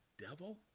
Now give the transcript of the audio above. devil